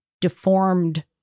deformed